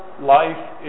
life